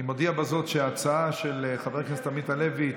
אני מודיע בזאת שההצעה של חבר הכנסת עמית הלוי,